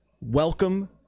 welcome